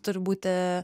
turi būti